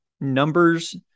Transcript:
numbers